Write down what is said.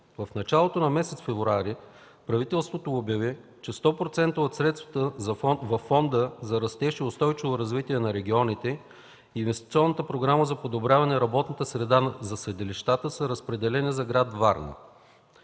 В началото на месец февруари правителството обяви, че 100% от средствата във Фонда за растеж и устойчиво развитие на регионите и Инвестиционната програма за подобряване работната среда за съдилищата са разпределени за град Варна.